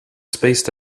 spaced